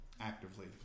actively